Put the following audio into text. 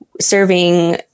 serving